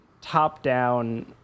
top-down